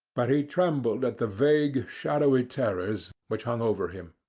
but he trembled at the vague, shadowy terrors which hung over him.